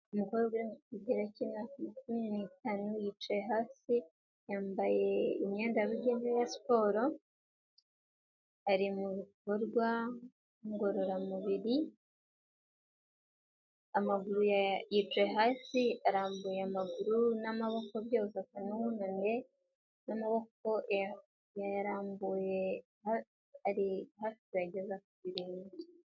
umukobwakina cumi ntanu yicaye hasi yambaye imyendarayon sipot ari mu bikorwa ngororamubiri amaguru ya yicaye hasi arambuye amaguru n'amaboko byosekununae n'amaboko yayarambuye ari hafigeza ku birenge.